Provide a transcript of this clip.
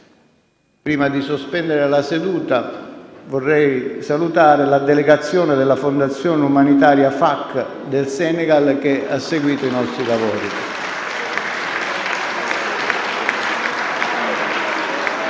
prima di sospendere la seduta, saluto la delegazione della formazione umanitaria FAC del Senegal che assiste ai nostri lavori.